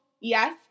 Yes